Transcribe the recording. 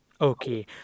Okay